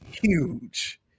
huge